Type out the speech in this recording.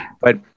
but-